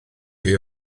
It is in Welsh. chi